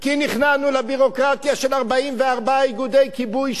כי נכנענו לביורוקרטיה של 44 איגודי כיבוי,